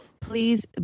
please